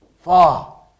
far